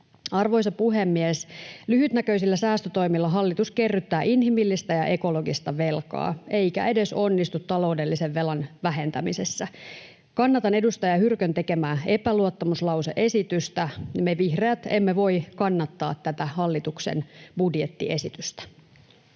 Arvoisa puhemies! Lyhytnäköisillä säästötoimilla hallitus kerryttää inhimillistä ja ekologista velkaa eikä edes onnistu taloudellisen velan vähentämisessä. Kannatan edustaja Hyrkön tekemää epäluottamuslause-esitystä. Me vihreät emme voi kannattaa tätä hallituksen budjettiesitystä.